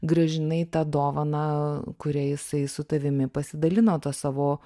grąžinai tą dovaną kurią jisai su tavimi pasidalino tuo savo